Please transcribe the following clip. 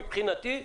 מבחינתי,